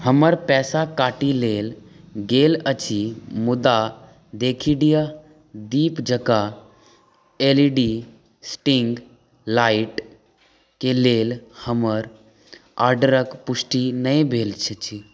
हमर पैसा काटि लेल गेल अछि मुदा देसिडिया दीप जकाँ L E D string lights के लेल हमर ऑर्डर क पुष्टि नहि भेल छी